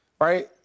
right